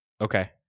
Okay